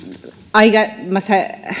aiemmassa